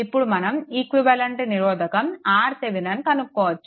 ఇప్పుడు మనం ఈక్వివలెంట్ నిరోధకం RThevenin కనుక్కోవచ్చు